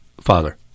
father